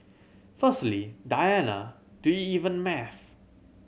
firstly Diana do you even math